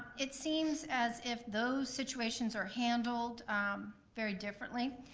it seems as if those situations are handled very differently,